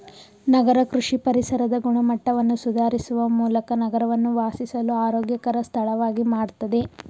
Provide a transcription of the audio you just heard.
ನಗರ ಕೃಷಿ ಪರಿಸರದ ಗುಣಮಟ್ಟವನ್ನು ಸುಧಾರಿಸುವ ಮೂಲಕ ನಗರವನ್ನು ವಾಸಿಸಲು ಆರೋಗ್ಯಕರ ಸ್ಥಳವಾಗಿ ಮಾಡ್ತದೆ